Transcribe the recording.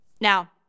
Now